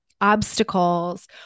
obstacles